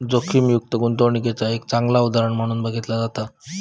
जोखीममुक्त गुंतवणूकीचा एक चांगला उदाहरण म्हणून बघितला जाता